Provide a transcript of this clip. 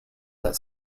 that